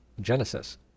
Genesis